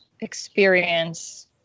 experience